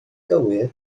gywir